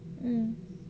mm